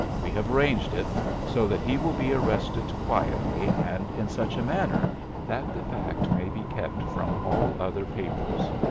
we have arranged it so that he will be arrested quietly and in such a manner that the fact may be kept from all other papers.